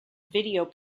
video